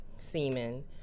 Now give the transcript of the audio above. semen